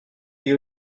you